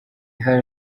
iha